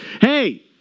hey